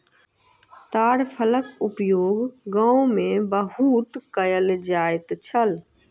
ताड़ फलक उपयोग गाम में बहुत कयल जाइत छल